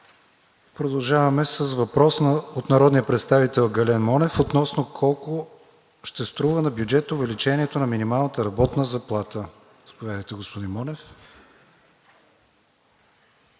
Продължаваме с въпрос от народния представител Гален Монев относно колко ще струва на бюджета увеличението на минималната работна заплата. ГАЛЕН МОНЕВ